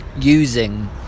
using